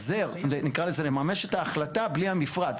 להיעזר, נקרא לזה לממש את ההחלטה, בלי המפרט.